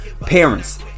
parents